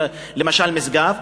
למשל משגב,